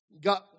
God